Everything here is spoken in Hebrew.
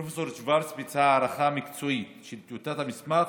פרופ' שוורץ ביצעה הערכה מקצועית של טיוטת המסמך,